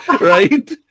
Right